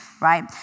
right